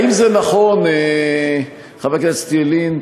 האם זה נכון, חבר הכנסת ילין,